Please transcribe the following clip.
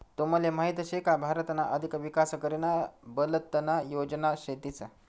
तुमले माहीत शे का भारतना अधिक विकास करीना बलतना योजना शेतीस